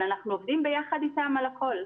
אבל אנחנו עובדים ביחד איתם על הכול.